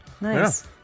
Nice